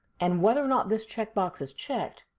and whether or not this checkbox is checked,